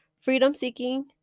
freedom-seeking